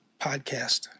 podcast